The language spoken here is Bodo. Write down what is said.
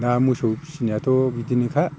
दा मोसौ फिसिनायाथ' बिदिनोखा